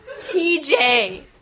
TJ